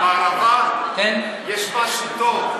בערבה יש משהו טוב.